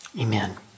Amen